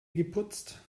geputzt